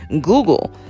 Google